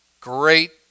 great